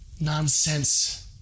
Nonsense